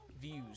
views